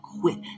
quit